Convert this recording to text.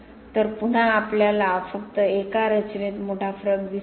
तर पुन्हा आपल्याला फक्त एका रचनेत मोठा फरक दिसतो